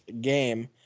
game